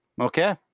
okay